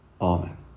Amen